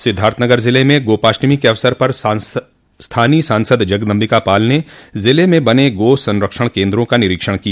सिद्धार्थनगर जिल में गोपाष्टमी के अवसर पर स्थानीय सांसद जगदम्बिका पाल ने ज़िले में बने गो संरक्षण केन्द्रों का निरीक्षण किया